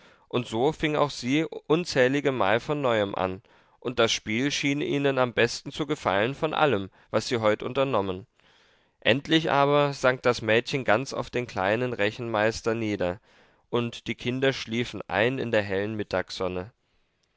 und so fing auch sie unzähligemal von neuem an und das spiel schien ihnen am besten zu gefallen von allem was sie heut unternommen endlich aber sank das mädchen ganz auf den kleinen rechenmeister nieder und die kinder schliefen ein in der hellen mittagssonne